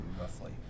roughly